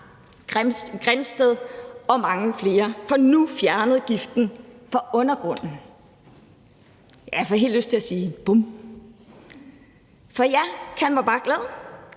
Grindsted og mange flere får nu fjernet giften fra undergrunden. Ja, jeg får helt lyst til at sige: Bum! For ja, kald mig bare glad;